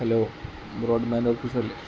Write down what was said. hello broadband ഓഫീസല്ലേ